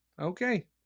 Okay